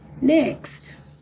Next